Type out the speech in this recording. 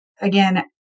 again